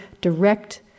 direct